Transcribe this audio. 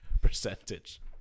percentage